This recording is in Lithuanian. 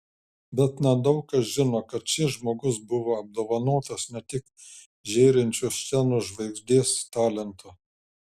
bet nedaug kas žino kad šis žmogus buvo apdovanotas ne tik žėrinčiu scenos žvaigždės talentu